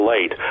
late